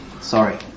sorry